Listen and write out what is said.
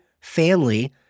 family